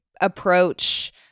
approach